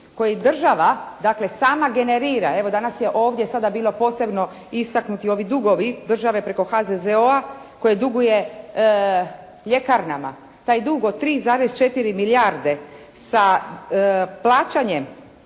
koji država, dakle sama generira. Evo, danas je ovdje sada bilo posebno istaknuti ovi dugovi države preko HZZO-a koje duguje ljekarnama. Taj dug od 3,4 milijarde sa plaćanjem